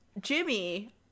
Jimmy